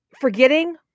Forgetting